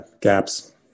gaps